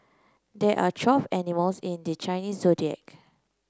there are twelve animals in the Chinese Zodiac